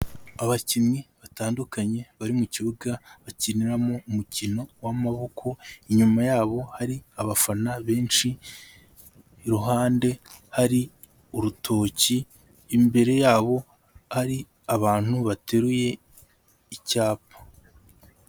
Abakinnyi batandukanye bari mu kibuga bakiniramo umukino w'amaboko, inyuma yabo hari abafana benshi, iruhande hari urutoki, imbere yabo ari abantu bateruye icyapa.